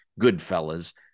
Goodfellas